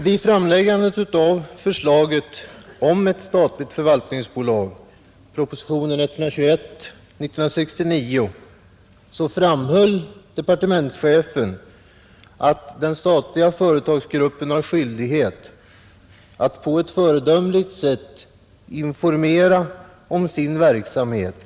Vid framläggandet av förslaget om ett statligt förvaltningsbolag, proposition 121 år 1969, framhöll departementschefen att ”den statliga företagsgruppen har skyldighet att på ett föredömligt sätt informera om sin verksamhet”.